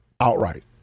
outright